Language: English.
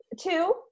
Two